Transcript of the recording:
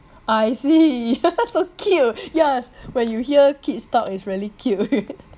I see so cute yes when you hear kids talk it's really cute